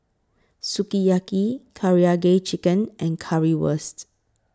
Sukiyaki Karaage Chicken and Currywurst